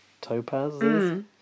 Topazes